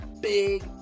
big